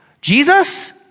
Jesus